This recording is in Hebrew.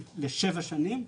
לשבע שנים,